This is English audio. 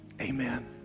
Amen